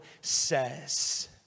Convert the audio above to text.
says